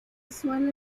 suele